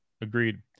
Agreed